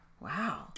Wow